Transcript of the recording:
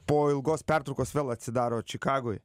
po ilgos pertraukos vėl atsidaro čikagoj